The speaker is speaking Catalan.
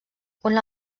una